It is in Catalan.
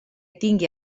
tingui